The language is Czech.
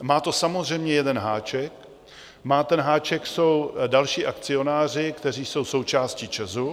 Má to samozřejmě jeden háček a ten háček jsou další akcionáři, kteří jsou součástí ČEZu.